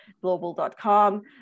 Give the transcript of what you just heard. global.com